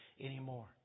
anymore